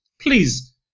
please